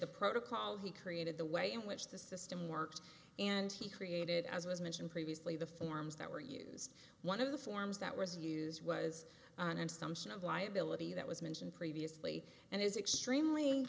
the protocol he created the way in which the system works and he created as was mentioned previously the forms that were used one of the forms that was used was on him some sort of liability that was mentioned previously and is extremely